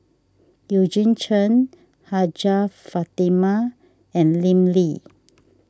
Eugene Chen Hajjah Fatimah and Lim Lee